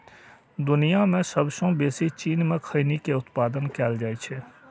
दुनिया मे सबसं बेसी चीन मे खैनी के उत्पादन कैल जाइ छै